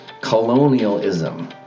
Colonialism